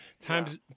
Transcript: times